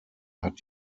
hat